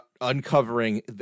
uncovering